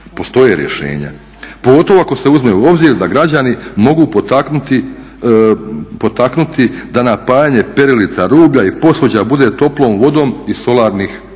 postoje rješenja, pogotovo ako se uzme u obzir da građani mogu potaknuti da napajanje perilica rublja i posuđa bude toplom vodom iz solarnih